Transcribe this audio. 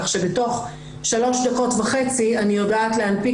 כך שבתוך שלוש וחצי דקות אני יודעת להנפיק